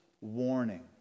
warning